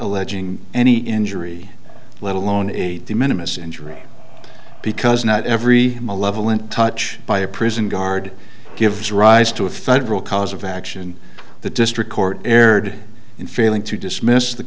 alleging any injury let alone to minimize injury because not every malevolent touch by a prison guard gives rise to a federal cause of action the district court erred in failing to dismiss th